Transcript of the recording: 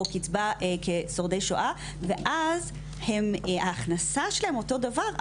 או קצבה כשורדי שואה ואז ההכנסה שלהם אותו דבר,